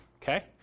Okay